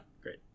great